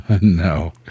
no